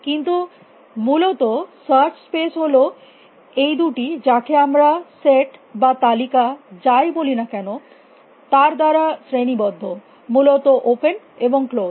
কিন্তু মূলত search space হল এই দুটি যাকে আমরা সেট বা তালিকা যাই বলি না কেন তার দ্বারা শ্রেণীবদ্ধ মূলত ওপেন এবং ক্লোস